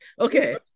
Okay